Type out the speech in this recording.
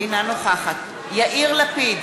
אינה נוכחת יאיר לפיד,